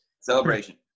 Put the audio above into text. celebration